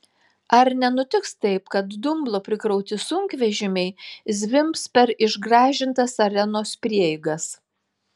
ar nenutiks taip kad dumblo prikrauti sunkvežimiai zvimbs per išgražintas arenos prieigas